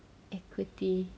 equity